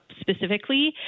specifically